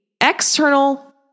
external